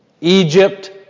Egypt